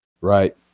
Right